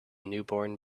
newborn